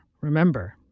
remember